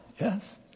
Yes